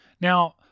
Now